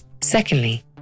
Secondly